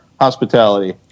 hospitality